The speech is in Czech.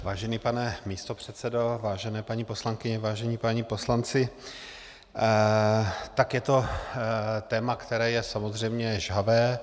Vážený pane místopředsedo, vážené paní poslankyně, vážení páni poslanci, je to téma, které je samozřejmě žhavé.